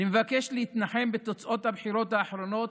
אני מבקש להתנחם בתוצאות הבחירות האחרונות,